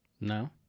No